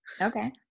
Okay